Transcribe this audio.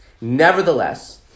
Nevertheless